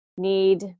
need